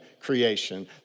creation